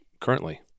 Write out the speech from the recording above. currently